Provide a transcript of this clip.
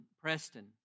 Preston